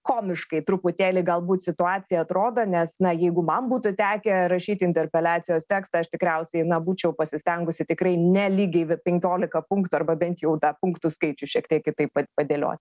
komiškai truputėlį galbūt situacija atrodo nes na jeigu man būtų tekę rašyti interpeliacijos tekstą aš tikriausiai na būčiau pasistengusi tikrai ne lygiai penkiolika punktų arba bent jau tą punktų skaičių šiek tiek kitaip padėliot